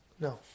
No